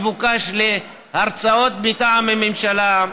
מבוקש להרצאות מטעם הממשלה,